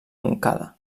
montcada